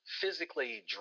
physically